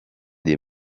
des